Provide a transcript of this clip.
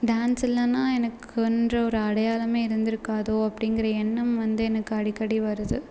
dance இல்லைன்னா எனக்குன்ற ஒரு அடையாளம் இருந்துருக்காது அப்படிங்கிற எண்ணம் வந்து எனக்கு அடிக்கடி வருது